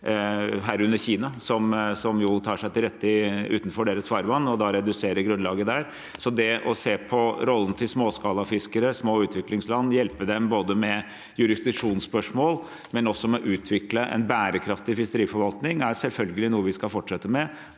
herunder Kina, som tar seg til rette utenfor deres farvann og reduserer grunnlaget der. Så det å se på rollen til småskalafiskere og små utviklingsland og hjelpe dem både med jurisdiksjonsspørsmål og med å utvikle en bærekraftig fiskeriforvaltning er selvfølgelig noe vi skal fortsette med,